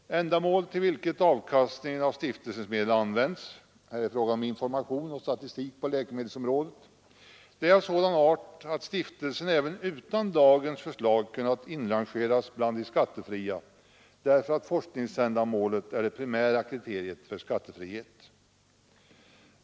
Det ändamål, till vilket avkastningen av stiftelsens medel används — information och statistik på läkemedelsområdet — är av sådan art att stiftelsen även utan dagens förslag kunnat inrangeras bland de skattefria — forskningsändamålet är det primära kriteriet för skattefrihet.